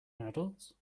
adults